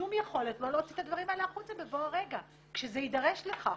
שום יכולת לא להוציא את הדברים האלה החוצה בבוא הרגע שזה יידרש לכך.